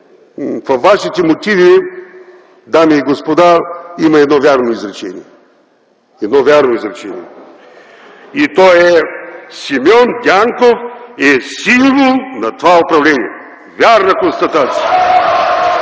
във вашите мотиви, дами и господа, има едно вярно изречение и то е: „Симеон Дянков е символ на това управление”. Вярна констатация!